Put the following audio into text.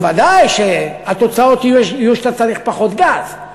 בוודאי שהתוצאות יהיו שאתה צריך פחות גז.